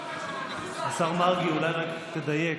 השר מרגי, אולי רק תדייק,